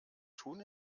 tun